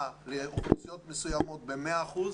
תעשה לי את החישוב בארבע פעולות